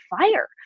fire